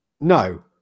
no